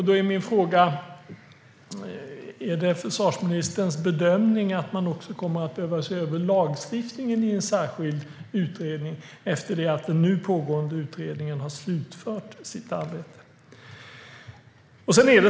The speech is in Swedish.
Då är min fråga: Är det försvarsministerns bedömning att man också kommer att behöva se över lagstiftningen i en särskild utredning efter det att den nu pågående utredningen har slutfört sitt arbete?